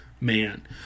man